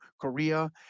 Korea